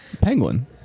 Penguin